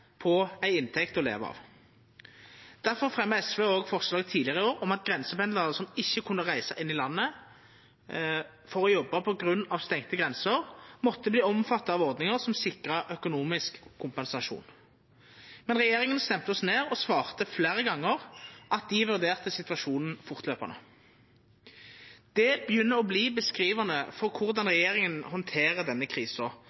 på ei inntekt å leva av. Difor fremja SV òg forslag tidlegare i år om at grensependlarar som ikkje kunne reisa inn i landet for å jobba på grunn av stengde grenser, måtte verta omfatta av ordningar som sikra økonomisk kompensasjon. Men regjeringa stemde oss ned og svarte fleire gonger at dei vurderte situasjonen fortløpande. Det begynner å verta beskrivande for korleis regjeringa handterer denne krisa,